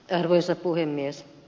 arvoisa puhemies